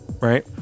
right